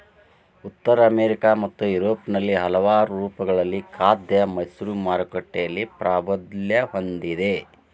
ಉತ್ತರ ಅಮೆರಿಕಾ ಮತ್ತು ಯುರೋಪ್ನಲ್ಲಿ ಹಲವಾರು ರೂಪಗಳಲ್ಲಿ ಖಾದ್ಯ ಮಶ್ರೂಮ್ ಮಾರುಕಟ್ಟೆಯಲ್ಲಿ ಪ್ರಾಬಲ್ಯ ಹೊಂದಿದೆ